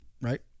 right